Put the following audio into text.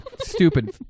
Stupid